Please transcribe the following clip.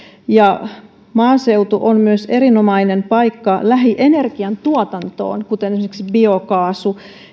maaseutu on myös erinomainen paikka lähienergian tuotantoon kuten esimerkiksi biokaasu